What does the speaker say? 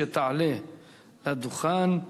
שתעלה לדוכן.